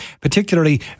particularly